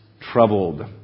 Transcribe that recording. troubled